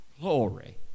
Glory